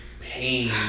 pain